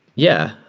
yeah.